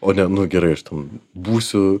o ne nu gerai aš ten būsiu